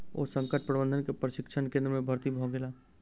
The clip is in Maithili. ओ संकट प्रबंधन के प्रशिक्षण केंद्र में भर्ती भ गेला